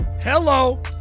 Hello